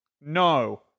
no